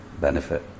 benefit